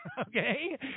Okay